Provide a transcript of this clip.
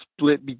split